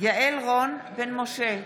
יעל רון בן משה,